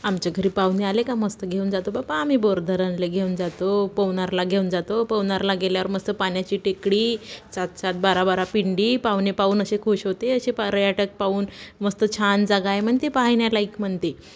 आमच्या घरी पाहुणे आले का मस्त घेऊन जातो बाबा आम्ही बोरधरणले घेऊन जातो पवनारला घेऊन जातो पवनारला गेल्यावर मस्त पाण्याची टेकडी सात सात बारा बारा पिंडी पाहुणे पाहून अशे खूश होते असे पर्यटक पाहून मस्त छान जागा आहे म्हणते पाहण्यालायक म्हणते